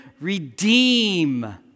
redeem